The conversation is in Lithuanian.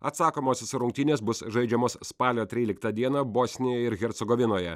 atsakomosios rungtynės bus žaidžiamos spalio tryliktą dieną bosnijoje ir hercogovinoje